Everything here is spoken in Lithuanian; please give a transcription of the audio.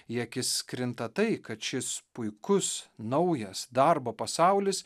į akis krinta tai kad šis puikus naujas darbo pasaulis